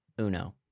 uno